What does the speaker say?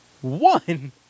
One